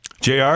JR